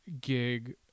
gig